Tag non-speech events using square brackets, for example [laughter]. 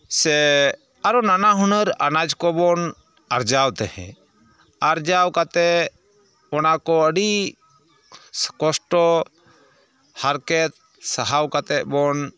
ᱥᱮᱻ ᱟᱨᱚ ᱱᱟᱱᱟ ᱦᱩᱱᱟᱹᱨ ᱟᱱᱟᱡᱽ ᱠᱚᱵᱚᱱ ᱟᱨᱡᱟᱣ ᱛᱟᱦᱮᱸᱫ ᱟᱨᱡᱟᱣ ᱠᱟᱛᱮ ᱚᱱᱟᱠᱚ ᱟᱹᱰᱤ [unintelligible] ᱠᱚᱥᱴᱚ ᱦᱟᱨᱠᱮᱛ ᱥᱟᱦᱟᱣ ᱠᱟᱛᱮᱵᱚᱱ